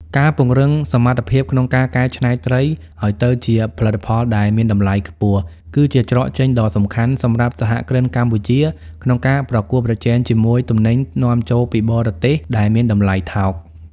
ការពង្រឹងសមត្ថភាពក្នុងការកែច្នៃត្រីឱ្យទៅជាផលិតផលដែលមានតម្លៃខ្ពស់ គឺជាច្រកចេញដ៏សំខាន់សម្រាប់សហគ្រិនកម្ពុជាក្នុងការប្រកួតប្រជែងជាមួយទំនិញនាំចូលពីបរទេសដែលមានតម្លៃថោក។